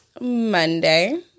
Monday